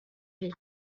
vic